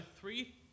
three